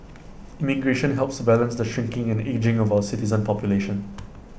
immigration helps to balance the shrinking and ageing of our citizen population